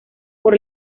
por